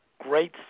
great